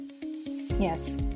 Yes